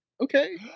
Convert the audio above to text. Okay